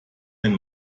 den